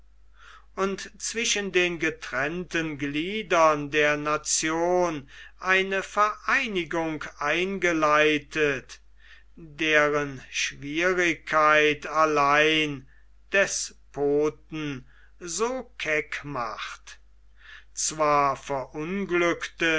und zwischen den getrennten gliedern der nation eine vereinigung eingeleitet deren schwierigkeit allein despoten so keck macht zwar verunglückte